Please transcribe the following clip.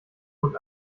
und